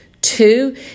Two